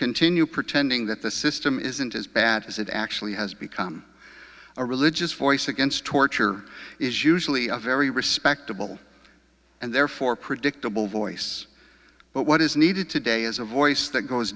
continue pretending that the system isn't as bad as it actually has become a religious voice against torture is usually a very respectable and therefore predictable voice but what is needed today is a voice that goes